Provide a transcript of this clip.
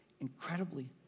incredibly